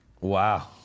Wow